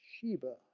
Sheba